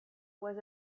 was